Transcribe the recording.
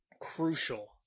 crucial